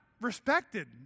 respected